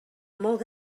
molt